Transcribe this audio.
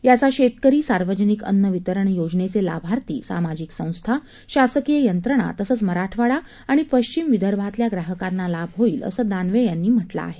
याचा शेतकरी सार्वजनिक अन्न वितरण योजनेचे लाभार्थी सामाजिक संस्था शासकीय यंत्रणा तसंच मराठवाडा आणि पश्चिम विदर्भातल्या ग्राहकांना लाभ होईल असं दानवे यांनी म्हटलं आहे